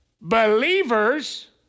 believers